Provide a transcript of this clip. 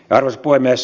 arvoisa puhemies